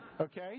Okay